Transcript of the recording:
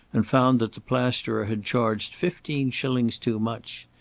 and found that the plasterer had charged fifteen shillings too much.